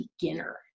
beginner